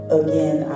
again